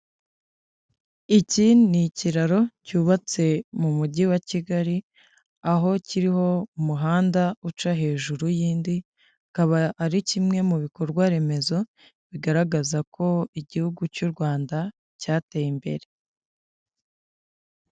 Iki ni ikiraro cyubatse mu mujyi wa Kigali, aho kiriho umuhanda uca hejuru y'indi, kikaba ari kimwe mu bikorwa remezo bigaragaza ko igihugu cy'u Rwanda cyateye imbere.